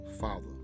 father